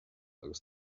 agus